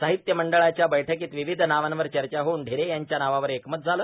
सा्हात्य मंडळाच्या बैठकोर्तार्वावध नावांवर चचा होऊन ढेरे यांच्या नावावर एकमत झालं